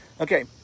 Okay